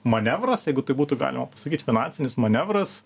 manevras jeigu tai būtų galima pasakyt finansinis manevras